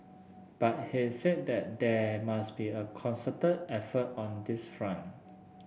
but he said that there must be a concerted effort on this front